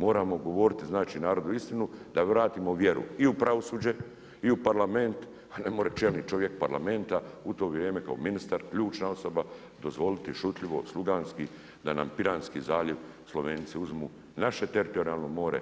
Moramo govoriti znači narodu istinu da vratimo vjeru i u pravosuđe i u Parlament, pa ne more čelni čovjek Parlamenta u to vrijem kao ministar, ključna osoba dozvoliti šutljivo, sluganski da nam Piranski zaljev, Slovenci uzmu i naše teritorijalno more,